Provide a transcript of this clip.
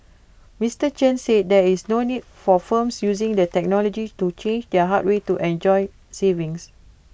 Mister Chen said there is no need for firms using the technology to change their hardware to enjoy savings